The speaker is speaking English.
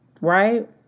Right